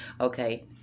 okay